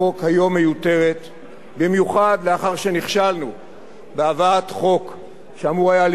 במיוחד לאחר שנכשלנו בהבאת חוק שאמור היה להיכנס לתוקפו ב-1 באוגוסט,